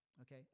Okay